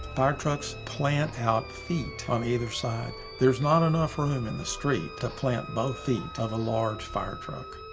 firetrucks plant out feet on either side. there's not enough room in the street to plant both feet of a large firetruck.